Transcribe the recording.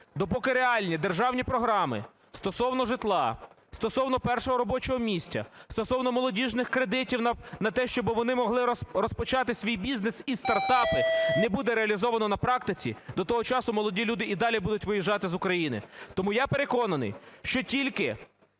допоки реальні державні програми стосовно житла, стосовно першого робочого місця, стосовно молодіжних кредитів на те, щоби вони могли розпочати свій бізнес і стартапи не буде реалізовано на практиці, до того часу молоді люди і далі будуть виїжджати з України. Тому я переконаний, що тільки